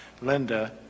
Linda